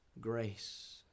grace